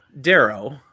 Darrow